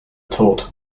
taught